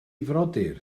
frodyr